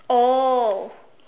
oh